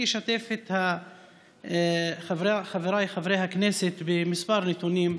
אני אשתף את חבריי חברי הכנסת בכמה נתונים,